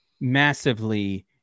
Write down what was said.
massively